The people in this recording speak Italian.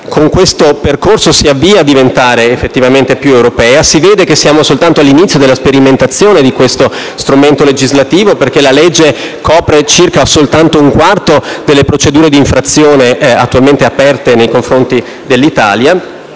con questo percorso si avvia a diventare effettivamente più europea. Si vede che siamo soltanto all'inizio della sperimentazione di questo strumento legislativo, perché la legge copre circa soltanto un quarto delle procedure di infrazione attualmente aperte nei confronti dell'Italia.